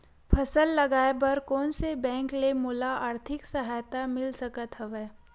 फसल लगाये बर कोन से बैंक ले मोला आर्थिक सहायता मिल सकत हवय?